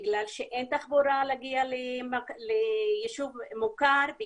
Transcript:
בגלל שאין תחבורה להגיע ליישוב מוכר,